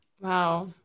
Wow